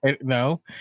no